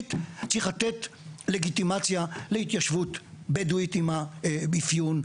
ההתיישבותית צריך לתת לגיטימציה להתיישבות בדואית עם האפיון,